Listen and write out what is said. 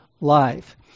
life